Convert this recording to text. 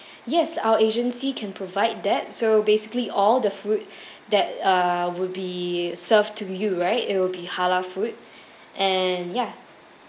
yes our agency can provide that so basically all the food that uh would be served to you right it'll be halal food and ya